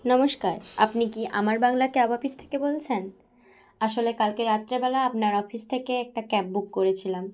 নমস্কার আপনি কি আমার বাংলা ক্যাব অফিস থেকে বলছেন আসলে কালকে রাত্রেবেলা আপনার অফিস থেকে একটা ক্যাব বুক করেছিলাম